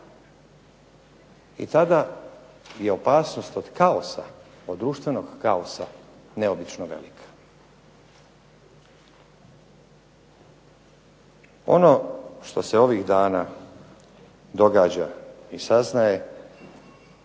I tada je opasnost od kaosa, od društvenog kaosa neobično velika. Ono što se ovih dana događa i saznaje,